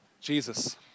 Jesus